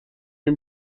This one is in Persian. این